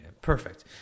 Perfect